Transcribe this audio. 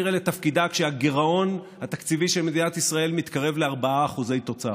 כשהגירעון התקציבי של מדינת ישראל מתקרב ל-4% תוצר.